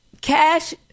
cash